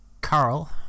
Carl